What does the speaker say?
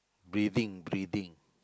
breathing breathing